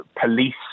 police